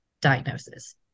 diagnosis